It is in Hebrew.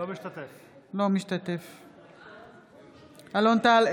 אינו משתתף בהצבעה אלון טל,